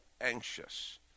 anxious